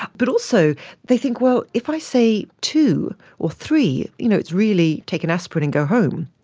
but also they think, well, if i say two or three, you know it's really take an aspirin and go home.